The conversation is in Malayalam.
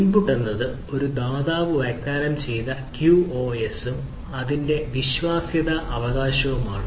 ഇൻപുട്ട് എന്നത് ഒരു ദാതാവ് വാഗ്ദാനം ചെയ്യുന്ന ക്യൂഒഎസ്ഉം അതിന്റെ വിശ്വാസ്യത അവകാശവുമാണ്